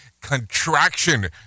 contraction